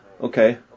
Okay